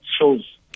shows